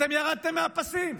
אתם ירדתם מהפסים.